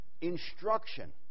instruction